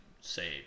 say